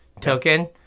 token